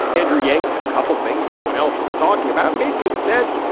andrew yangs had a couple of things no one else was talking about made good sense.